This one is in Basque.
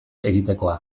egitekoa